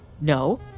No